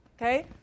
okay